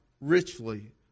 richly